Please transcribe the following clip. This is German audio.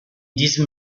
diesem